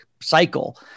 cycle